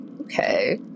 Okay